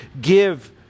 give